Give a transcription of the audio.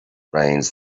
brains